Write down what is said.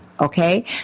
okay